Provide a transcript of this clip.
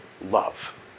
love